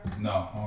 no